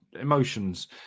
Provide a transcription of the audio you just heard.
emotions